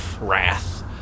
wrath